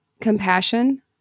compassion